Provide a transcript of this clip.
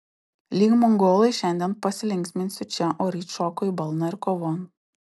lyg mongolai šiandien pasilinksminsiu čia o ryt šoku į balną ir kovon